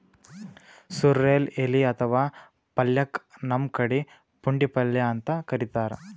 sorrel ಎಲಿ ಅಥವಾ ಪಲ್ಯಕ್ಕ್ ನಮ್ ಕಡಿ ಪುಂಡಿಪಲ್ಯ ಅಂತ್ ಕರಿತಾರ್